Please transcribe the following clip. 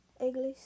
English